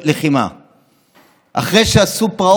תחרותי ביחס לשירותים להפעלת מערך הדגימות לנוסעים הנכנסים לנתב"ג?